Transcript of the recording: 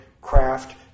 craft